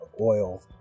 oil